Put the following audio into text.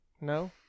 No